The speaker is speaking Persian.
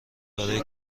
برای